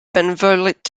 benevolent